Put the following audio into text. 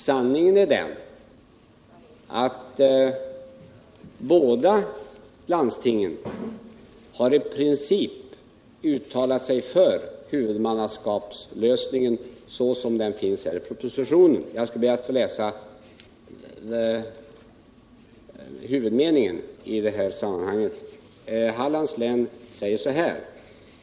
Sanningen är den att båda landstingen i princip har uttalat sig för huvudmannaskapslösningen såsom den föreligger i propositionen. Jag skall be att få citera huvudmeningen i detta sammanhang.